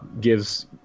gives